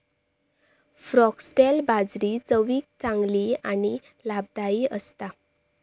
foxtail बाजरी चवीक चांगली आणि लाभदायी असता